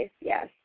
yes